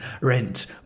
rent